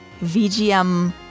VGM